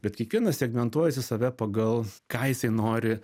bet kiekvienas segmentuojasi save pagal ką jisai nori